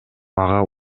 мага